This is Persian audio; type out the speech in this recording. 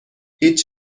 هیچ